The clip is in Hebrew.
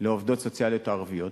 בעובדות סוציאליות ערביות.